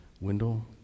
Wendell